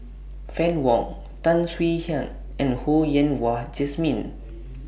Fann Wong Tan Swie Hian and Ho Yen Wah Jesmine